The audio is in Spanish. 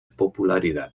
popularidad